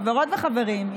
חברות וחברים,